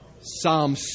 Psalm